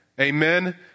Amen